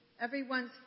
everyone's